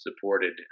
supported